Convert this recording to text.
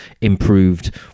improved